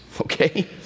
okay